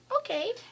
Okay